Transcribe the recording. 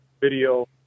video